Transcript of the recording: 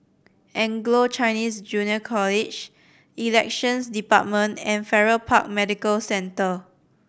Anglo Chinese Junior College Elections Department and Farrer Park Medical Centre